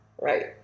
right